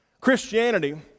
Christianity